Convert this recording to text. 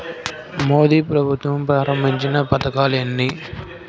మోదీ ప్రభుత్వం ప్రారంభించిన పథకాలు ఎన్ని?